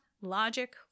logic